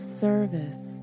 service